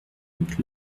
luc